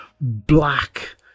black